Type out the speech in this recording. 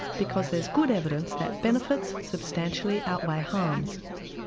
because there's good evidence that benefits substantially outweigh harms.